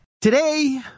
Today